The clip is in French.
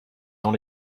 dans